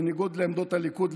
בניגוד לעמדות הליכוד,